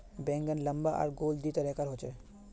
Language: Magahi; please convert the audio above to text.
बैंगन लम्बा आर गोल दी तरह कार होचे